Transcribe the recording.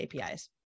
APIs